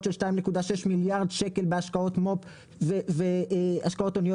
של 2.6 מיליארד שקלים בהשקעות מו"פ והשקעות עיליות